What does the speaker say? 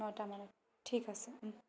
নটা মানত ঠিক আছে